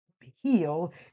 heal